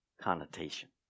connotation